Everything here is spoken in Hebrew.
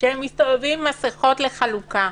שהם מסתובבים עם מסכות לחלוקה,